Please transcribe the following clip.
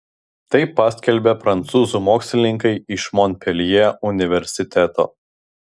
tai paskelbė prancūzų mokslininkai iš monpeljė universiteto